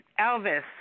Elvis